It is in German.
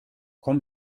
komm